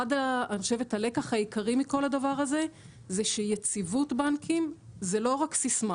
ואני חושבת שהלקח העיקרי מכל הדבר הזה הוא שיציבות בנקים זה לא רק סיסמה